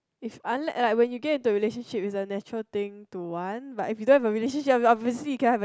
is unlike like when you get to relationship is natural thing to want but if you don't have a relationship then obviously you can have a